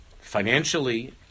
financially